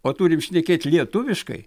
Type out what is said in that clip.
o turim šnekėti lietuviškai